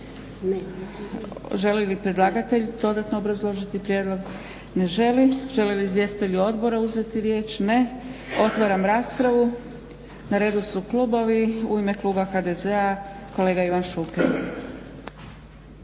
Želi li predlagatelj dodatno obrazložiti prijedlog? Ne želi. Žele li izvjestitelji odbora uzeti riječ? Ne. Otvaram raspravu. Na redu su klubovi. U ime kluba HDZ-a kolega Ivan Šuker.